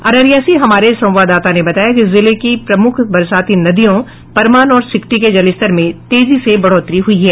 अररिया से हमारे संवाददाता ने बताया कि जिले की प्रमुख बरसाती नदियों परमान और सिकटी के जलस्तर में तेजी से बढ़ोतरी हुई है